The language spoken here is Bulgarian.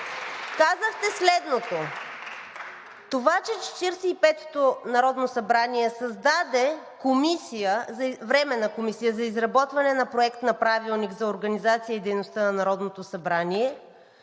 казахте следното: това, че Четиридесет и петото народно събрание създаде Временна комисия за изработване на Проект на Правилник за организацията и дейността на Народното събрание,